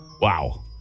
Wow